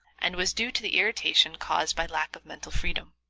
and was due to the irritation caused by lack of mental freedom.